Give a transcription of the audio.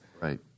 right